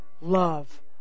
love